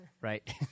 Right